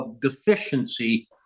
deficiency